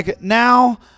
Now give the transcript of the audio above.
now